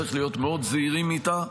וצריך להיות מאוד זהירים איתה.